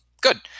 Good